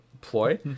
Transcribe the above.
ploy